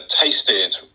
tasted